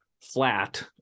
flat